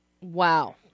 Wow